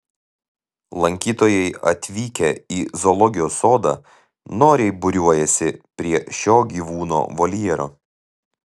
lankytojai atvykę į zoologijos sodą noriai būriuojasi prie šio gyvūno voljero